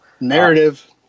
Narrative